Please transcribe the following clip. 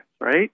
right